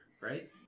right